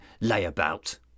layabout